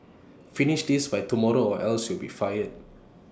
finish this by tomorrow or else you'll be fired